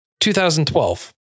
2012